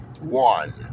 one